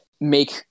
make